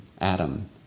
Adam